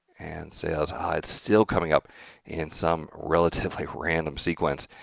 and say ah ah it's still coming up in some relatively random sequence.